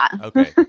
Okay